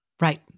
Right